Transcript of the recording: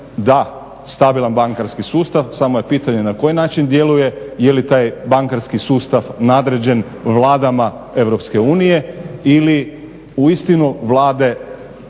da stabilan bankarski sustav, samo je pitanje na koji način djeluje i je li taj bankarski sustav nadređen vladama Europske unije ili uistinu Vlade